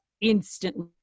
instantly